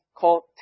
called